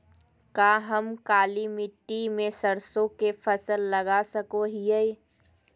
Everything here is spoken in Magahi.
का हम काली मिट्टी में सरसों के फसल लगा सको हीयय?